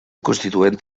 constituent